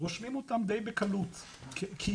רושמים אותם די בקלות כיהודי,